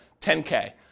10K